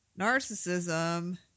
narcissism